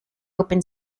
open